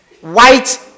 white